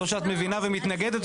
או שאת מבינה ומתנגדת,